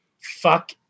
Fuck